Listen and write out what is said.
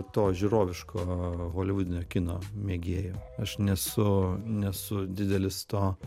to žiūroviško holivudinio kino mėgėju aš nesu nesu didelis to